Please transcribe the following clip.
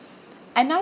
another